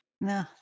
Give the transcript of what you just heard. No